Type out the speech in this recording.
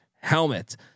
helmet